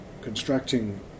constructing